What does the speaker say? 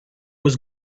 was